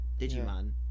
Digimon